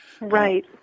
Right